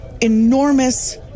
enormous